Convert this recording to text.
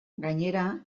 gainera